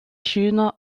schöner